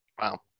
Wow